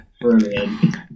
brilliant